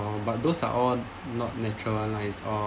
oh but those are all not natural one lah it's all